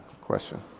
question